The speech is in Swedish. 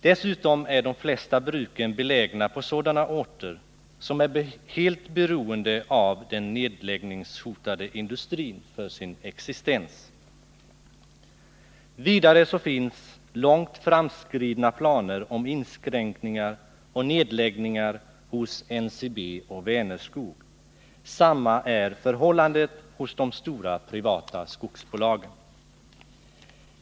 Dessutom är de flesta bruken belägna på sådana orter som är helt beroende av den nedläggningshotade industrin för sin existens. Vidare finns långt framskridna planer om inskränkningar och nedläggningar hos NCB och Vänerskog, och förhållandet är detsamma vid de stora privata skogsbolagen.